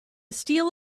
steal